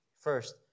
First